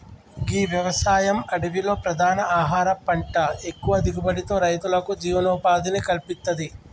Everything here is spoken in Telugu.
గీ వ్యవసాయం అడవిలో ప్రధాన ఆహార పంట ఎక్కువ దిగుబడితో రైతులకు జీవనోపాధిని కల్పిత్తది